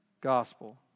gospel